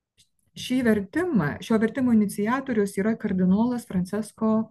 šį vertimą šio vertimo iniciatorius yra kardinolas francesko